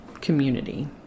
community